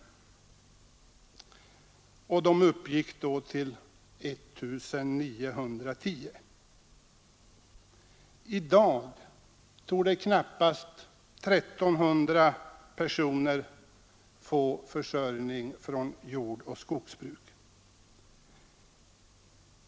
De uppgick då till 1910. I dag torde knappast 1 300 personer få försörjning från jordoch skogsbruk.